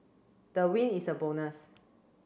the win is a bonus